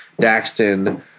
Daxton